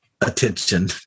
attention